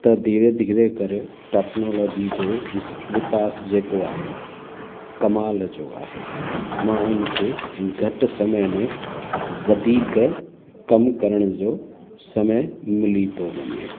त धीरे धीरे करे टेक्नोलॉजी जो विकासु जेको आहे कमाल जो आहे माण्हुनि खे घटि समय में वधीक कमु करण जो समय मिली थो वञे